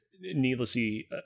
Needlessly